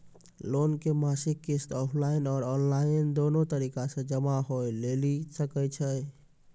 Loan के मासिक किस्त ऑफलाइन और ऑनलाइन दोनो तरीका से जमा होय लेली सकै छै?